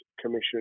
Commission